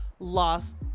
Lost